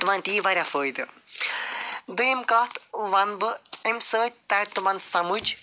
تِمَن تہِ یی واریاہ فٲیدٕ دٔیِم کتھ وَنہٕ بہٕ اَمہِ سۭتۍ تَرِ تِمَن سمجھ